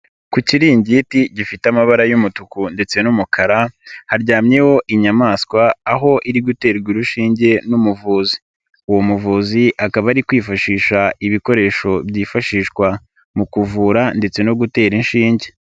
Ku kiringiti gifite amabara y'umutuku ndetse n'umukara, haryamyeho inyamaswa aho iri guterwa urushinge n'umuvuzi. Uwo muvuzi akaba ari kwifashisha ibikoresho byifashishwa mu kuvura ndetse no gutera inshinge.